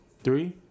three